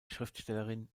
schriftstellerin